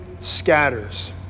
scatters